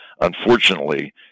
unfortunately